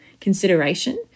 consideration